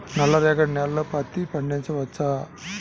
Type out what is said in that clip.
నల్ల రేగడి నేలలో పత్తి పండించవచ్చా?